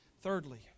Thirdly